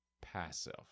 passive